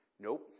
Nope